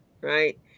Right